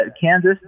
Kansas